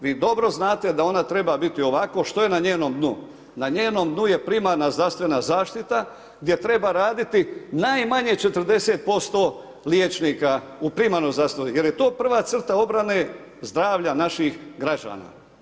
Vi dobro znate da ona treba biti ovako, što je na njenom dnu, na njenom dnu je primarna zdravstvena zaštita gdje treba raditi najmanje 40% liječnika u primarnoj zdravstvenoj zaštiti, jer je to prva crta obrane zdravlja naših građana.